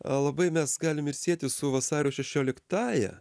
labai mes galim ir sieti su vasario šešioliktąja